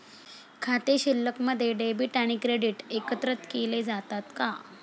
खाते शिल्लकमध्ये डेबिट आणि क्रेडिट एकत्रित केले जातात का?